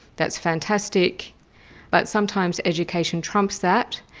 that's fantastic but sometimes education trumps that,